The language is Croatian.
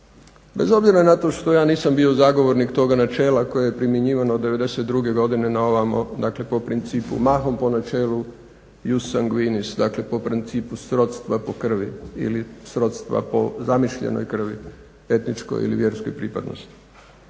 bez obzira na to što ja nisam bio zagovornik toga načela koje je primjenjivano od '92. godine na ovamo, dakle po principu mahom po načelu ius sanguinis, dakle po principu srodstva po krvi, ili srodstva po zamišljenoj krvi, etničkoj ili vjerskoj pripadnosti